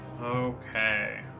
Okay